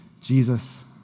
Jesus